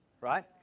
right